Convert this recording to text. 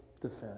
defense